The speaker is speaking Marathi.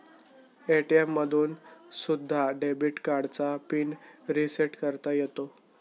ए.टी.एम मधून सुद्धा डेबिट कार्डचा पिन रिसेट करता येतो